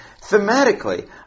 thematically